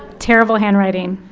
terrible handwriting.